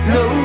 no